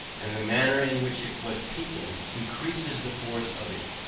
and the manner in which it was peopled encreases the force of it.